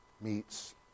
meets